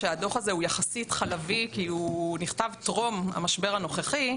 שהדוח הזה הוא יחסית חלבי כי הוא נכתב טרום המשבר הנוכחי.